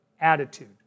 attitude